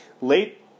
late